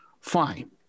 Fine